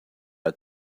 out